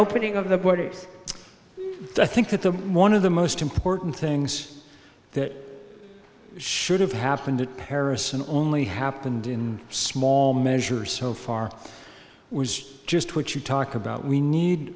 opening of the borders i think that the one of the most important things that should have happened at paris and only happened in small measure so far was just what you talk about we need